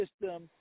system